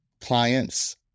clients